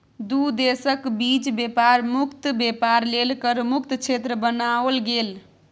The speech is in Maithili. दू देशक बीच बेपार मुक्त बेपार लेल कर मुक्त क्षेत्र बनाओल गेल